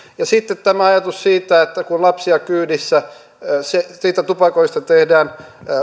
sitten tämä ajatus siitä että kun on lapsia kyydissä niin siitä tupakoinnista tehdään